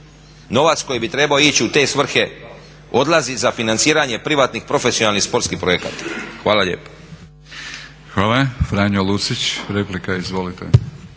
novac koji bi trebao ići u te svrhe odlazi za financiranje privatnih profesionalnih sportskih projekata. Hvala lijepa. **Batinić, Milorad (HNS)**